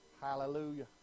Hallelujah